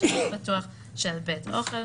לחוק סמכויות מיוחדות להתמודדות עם נגיף הקורונה החדש (הוראת שעה),